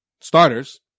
starters